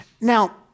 Now